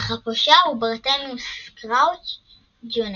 אך הפושע היה ברטמיוס קראוץ' ג׳וניור,